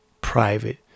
private